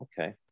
okay